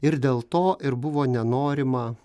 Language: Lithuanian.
ir dėl to ir buvo nenorima